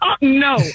no